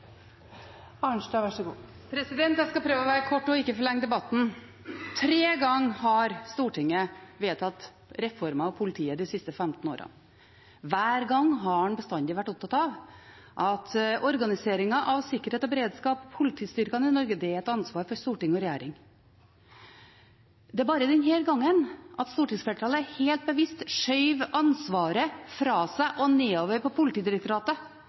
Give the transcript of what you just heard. Jeg skal prøve å være kort og ikke forlenge debatten. Tre ganger de siste 15 årene har Stortinget vedtatt reformer av politiet. Hver gang har man vært opptatt av at organiseringen av sikkerhet og beredskap, av politistyrkene i Norge, er et ansvar for storting og regjering. Det var bare denne gangen at stortingsflertallet helt bevisst skjøv ansvaret fra seg og nedover til Politidirektoratet.